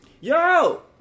Yo